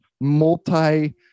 multi